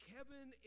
Kevin